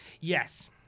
Yes